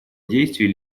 действий